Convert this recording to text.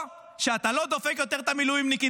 או שאתה לא דופק יותר את המילואימניקים.